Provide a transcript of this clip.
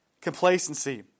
complacency